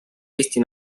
eesti